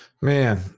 Man